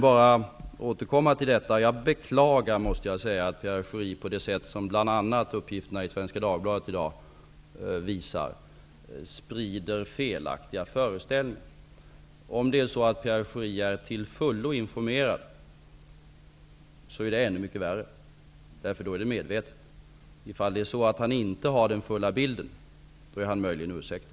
Jag måste säga att jag beklagar att Pierre Schori på det sätt som bl.a. uppgifterna i Svenska Dagbladet i dag visar sprider felaktiga föreställningar. Om Pierre Schori är till fullo informerad är det ännu mycket värre, därför att då är det medvetet. Om han inte har hela bilden är han möjligen ursäktlig.